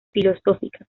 filosóficas